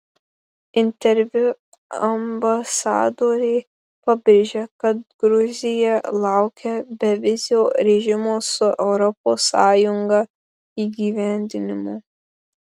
interviu ambasadorė pabrėžė kad gruzija laukia bevizio režimo su europos sąjunga įgyvendinimo